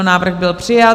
Návrh byl přijat.